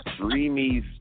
dreamy